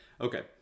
Okay